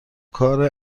کار